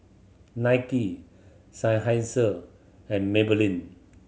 Nike Seinheiser and Maybelline